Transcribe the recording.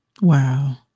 Wow